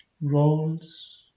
roles